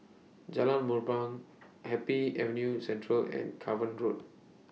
Jalan Mendong Happy Avenue Central and Cavan Road